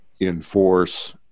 enforce